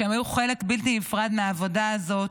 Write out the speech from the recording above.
שהיו חלק בלתי נפרד מהעבודה הזאת,